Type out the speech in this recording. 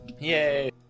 Yay